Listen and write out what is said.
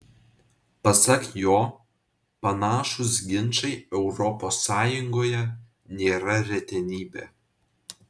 pasak jo panašūs ginčai europos sąjungoje nėra retenybė